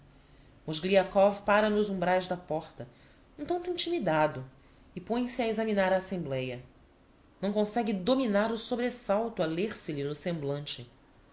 o coração mozgliakov pára nos umbraes da porta um tanto intimidado e põe-se a examinar a assembleia não consegue dominar o sobresalto a ler se lhe no semblante